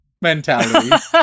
mentality